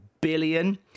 billion